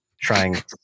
trying